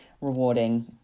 rewarding